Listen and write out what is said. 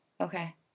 Okay